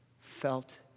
felt